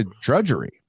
drudgery